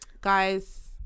Guys